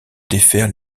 défaire